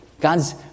God's